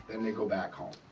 and they go back home.